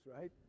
right